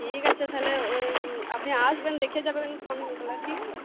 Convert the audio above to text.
ঠিক আছে তাহলে ওই আপনি আসবেন দেখে যাবেন ফোন করলে ঠিক আছে